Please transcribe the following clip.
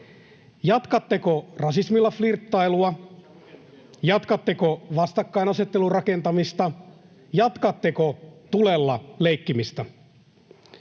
Jatkatteko rasismilla flirttailua? Jatkatteko vastakkainasettelun rakentamista? Jatkatteko tulella leikkimistä?